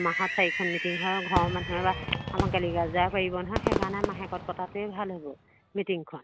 এমাহত চাৰিখন মিটিং হয় ঘৰৰ মানুহে বা আমাক গালিগালজাৰ পাৰিব নহয় সেইকাৰণে মাহেকত পতাটোৱে ভাল হ'ব মিটিঙখন